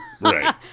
Right